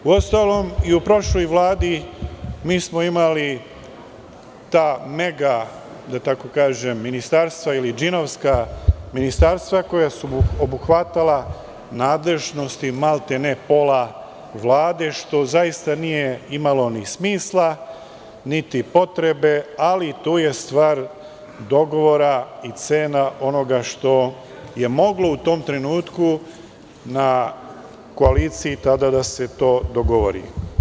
Uostalom i u prošloj vladi mi smo imali ta mega ministarstva, ili džinovska ministarstva koja su obuhvatala nadležnosti maltene pola Vlade što nije imalo ni smisla niti potrebe, ali to je stvar dogovora i cene onoga što je moglo u tom trenutku u koaliciji tada da se dogovori.